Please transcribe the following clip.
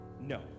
No